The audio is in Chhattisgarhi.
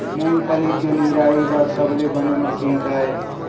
मूंगफली के निराई बर सबले बने मशीन का ये?